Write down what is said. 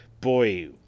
boy